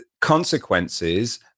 consequences